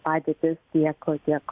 padėtis tiek tiek